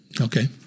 Okay